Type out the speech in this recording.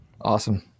Awesome